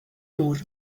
moore